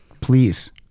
Please